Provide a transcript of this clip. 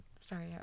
sorry